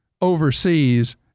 overseas